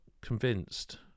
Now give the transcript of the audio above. convinced